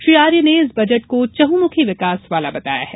श्री आर्य ने इस बजट को चहूंमुखी विकास वाला बताया है